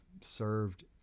served